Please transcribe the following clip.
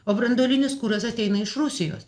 o branduolinis kuras ateina iš rusijos